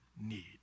need